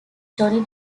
johnny